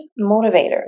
motivators